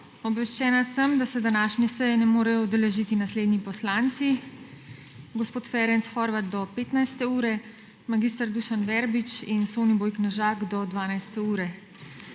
Obveščena sem, da se današnje seje ne morejo udeležiti naslednji poslanci: gospod Ferenc Horváth do 15. ure, mag. Dušan Verbič in Soniboj Knežak do 12.